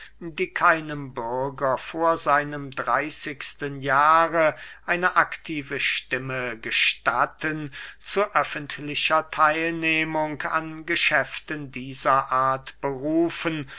die keinem bürger vor seinem dreyßigsten jahr eine aktive stimme gestatten zu öffentlicher theilnehmung an geschäften dieser art berufen